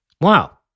Wow